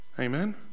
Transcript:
Amen